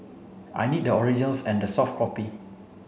I need the originals and the soft copy